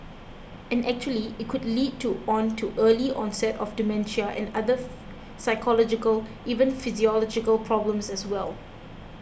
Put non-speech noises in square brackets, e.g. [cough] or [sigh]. and actually it could lead to on to early onset of dementia and other [noise] psychological even physiological problems as well